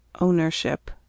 Ownership